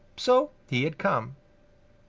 so he had come.